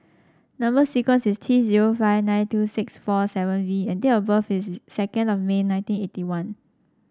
number sequence is T zero five nine two six four seven V and date of birth is second of May nineteen eighty one